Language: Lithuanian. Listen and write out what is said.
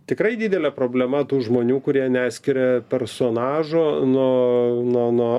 tikrai didelė problema tų žmonių kurie neskiria personažo no nuo nuo